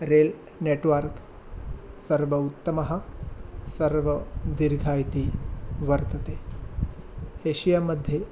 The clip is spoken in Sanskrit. रेल् नेट्वर्क् सर्व उत्तमः सर्वदीर्घः इति वर्तते एश्या मध्ये